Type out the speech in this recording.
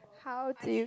how did